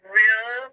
real